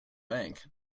bank